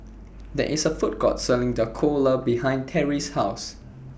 There IS A Food Court Selling Dhokla behind Terrie's House